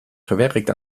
gewerkt